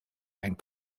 and